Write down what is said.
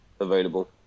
available